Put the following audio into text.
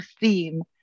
theme